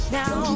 now